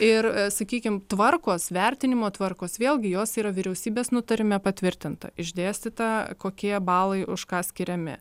ir sakykim tvarkos vertinimo tvarkos vėlgi jos yra vyriausybės nutarime patvirtinta išdėstyta kokie balai už ką skiriami